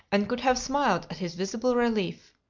and could have smiled at his visible relief.